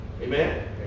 Amen